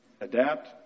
Adapt